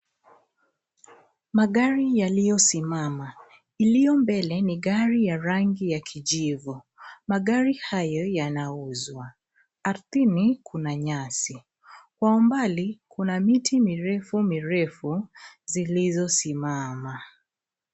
Magari yaliyosimama. Iliyo mbele ni gari ya rangi ya kijivu. Magari hayo yanauzwa. Ardhini kuna nyasi. Kwa umbali kuna miti mirefu mirefu zilizosimama.